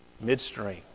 midstream